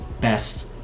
Best